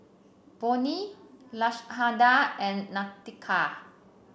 Bonnie Lashanda and Nautica